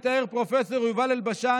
מתאר פרופ' יובל אלבשן,